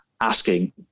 asking